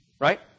right